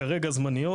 כרגע, זמניות.